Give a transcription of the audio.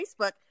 Facebook